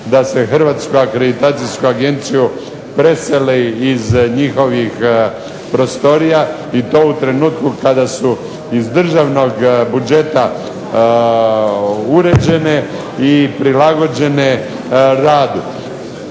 da se Hrvatsku akreditacijsku agenciju preseli iz njihovih prostorija i to u trenutku kada su iz državnog budžeta uređene i prilagođene radu.